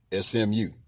smu